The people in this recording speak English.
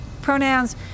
pronouns